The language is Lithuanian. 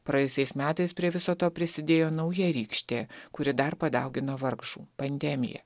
praėjusiais metais prie viso to prisidėjo nauja rykštė kuri dar padaugino vargšų pandemiją